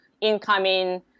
incoming